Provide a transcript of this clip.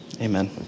amen